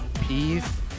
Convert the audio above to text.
peace